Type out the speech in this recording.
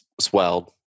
swelled